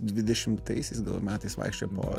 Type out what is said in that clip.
dvidešimtaisiais gal metais vaikščiojo po